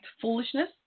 foolishness